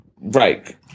Right